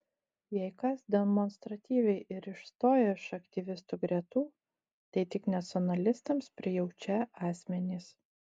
jei kas demonstratyviai ir išstojo iš aktyvistų gretų tai tik nacionalistams prijaučią asmenys